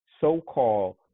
so-called